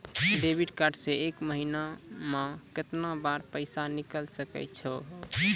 Debit card से एक महीना मा केतना बार पैसा निकल सकै छि हो?